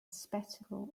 spectacle